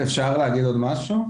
להוסיף עוד משהו.